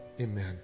Amen